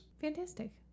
Fantastic